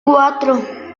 cuatro